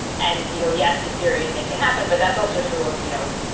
and, you know, yes, the serious thing could happen. but that's also true of, you know,